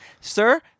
sir